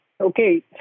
okay